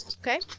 Okay